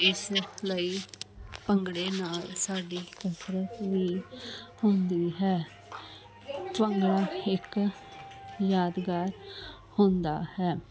ਇਸ ਲਈ ਭੰਗੜੇ ਨਾਲ ਸਾਡੀ ਕਸਰਤ ਵੀ ਹੁੰਦੀ ਹੈ ਭੰਗੜਾ ਇੱਕ ਯਾਦਗਾਰ ਹੁੰਦਾ ਹੈ